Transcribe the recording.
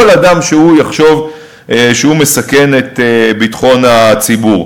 אדם שהוא יחשוב שהוא מסכן את ביטחון הציבור.